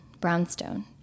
brownstone